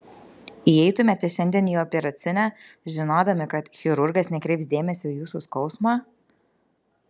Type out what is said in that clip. įeitumėte šiandien į operacinę žinodami kad chirurgas nekreips dėmesio į jūsų skausmą